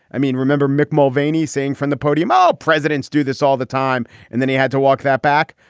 i mean remember mick mulvaney saying from the podium all presidents do this all the time. and then he had to walk that back.